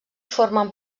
formen